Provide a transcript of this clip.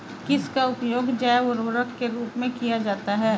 किसका उपयोग जैव उर्वरक के रूप में किया जाता है?